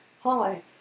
hi